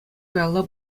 каялла